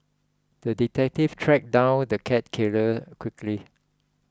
the detective tracked down the cat killer quickly